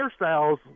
hairstyles